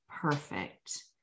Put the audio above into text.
perfect